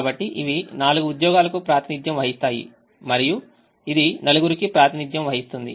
కాబట్టి ఇవి నాలుగు ఉద్యోగాలకు ప్రాతినిధ్యం వహిస్తాయి మరియు ఇది నలుగురికి ప్రాతినిధ్యం వహిస్తుంది